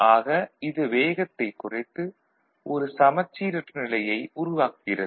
ஆக இது வேகத்தைக் குறைத்து ஒரு சமச்சீரற்ற நிலையை உருவாக்குகிறது